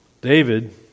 David